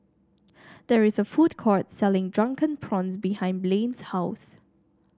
there is a food court selling Drunken Prawns behind Blane's house